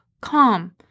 calm